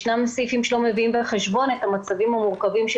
יש סעיפים שלא מביאים בחשבון את המצבים המורכבים של